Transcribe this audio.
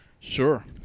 Sure